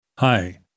Hi